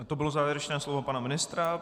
To bylo závěrečné slovo pana ministra.